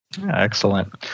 Excellent